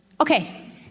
Okay